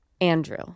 Andrew